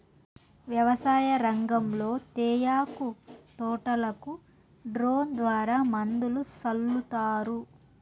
వ్యవసాయ రంగంలో తేయాకు తోటలకు డ్రోన్ ద్వారా మందులు సల్లుతారు